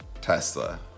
Tesla